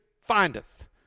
findeth